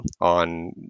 on